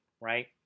right